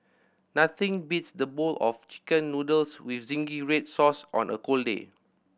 nothing beats the bowl of Chicken Noodles with zingy red sauce on a cold day